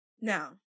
Now